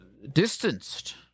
Distanced